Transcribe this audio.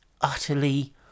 utterly